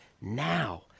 now